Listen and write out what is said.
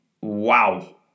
Wow